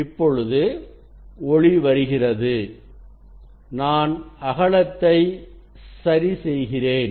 இப்பொழுது ஒளி வருகிறது நான் அகலத்தை சரி செய்கிறேன்